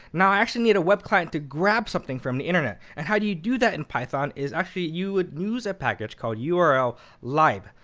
now i actually need a web client to grab something from the internet. and how you do that in python, is, actually, you would use a package called your url lib.